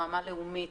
ברמה לאומית.